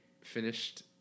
finished